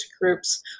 groups